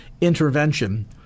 intervention